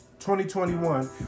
2021